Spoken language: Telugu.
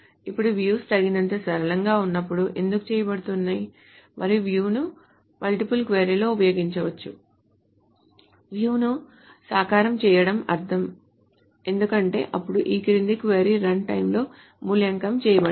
ఇప్పుడు views తగినంత సరళంగా ఉన్నప్పుడు ఎందుకు చేయబడుతుంది మరియు view ను ముల్టీపుల్ క్వరీ లలో ఉపయోగించినప్పుడు view ను సాకారం చేయడం అర్ధమే ఎందుకంటే అప్పుడు ఈ క్రింది క్వరీ రన్ టైమ్లో మూల్యాంకనం చేయబడదు